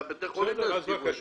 שבתי החולים יסדירו את זה.